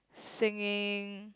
singing